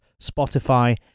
Spotify